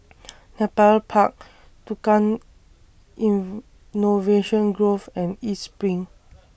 Nepal Park Tukang Innovation Grove and East SPRING